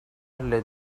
lid